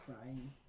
crying